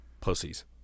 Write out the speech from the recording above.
Pussies